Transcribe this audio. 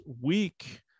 week